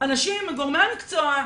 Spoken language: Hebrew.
גורמי המקצוע,